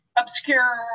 obscure